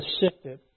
shifted